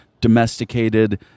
domesticated